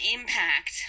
impact